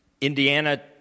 Indiana